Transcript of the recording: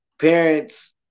parents